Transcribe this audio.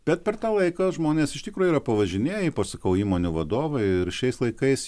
bet per tą laiką žmonės iš tikro yra pavažinėję ypač sakau įmonių vadovai ir šiais laikais